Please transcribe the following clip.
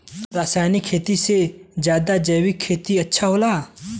रासायनिक खेती से ज्यादा जैविक खेती अच्छा होला